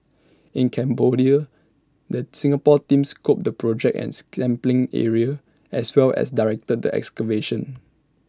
in Cambodia the Singapore team scoped the project and sampling area as well as directed the excavation